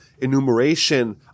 enumeration